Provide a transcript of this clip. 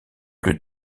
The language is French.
plus